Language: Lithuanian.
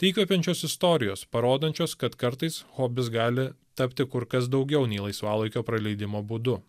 tai įkvepiančios istorijos parodančios kad kartais hobis gali tapti kur kas daugiau nei laisvalaikio praleidimo būdu